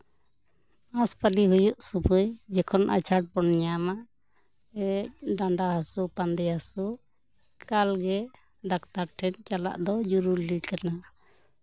ᱦᱟᱥᱯᱟᱞᱤ ᱦᱩᱭᱩᱜ ᱥᱚᱢᱚᱭ ᱡᱚᱠᱷᱚᱱ ᱟᱡᱷᱟᱴ ᱵᱚᱱ ᱧᱟᱢᱟ ᱰᱟᱱᱰᱟ ᱦᱟ ᱥᱩ ᱯᱟᱱᱫᱮ ᱦᱟ ᱥᱩ ᱮᱠᱟᱞᱜᱮ ᱰᱟᱠᱴᱟᱨ ᱴᱷᱮᱱ ᱪᱟᱞᱟᱜ ᱫᱚ ᱡᱟᱨᱩᱨᱤ ᱠᱟᱱᱟ